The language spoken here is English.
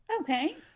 Okay